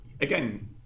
again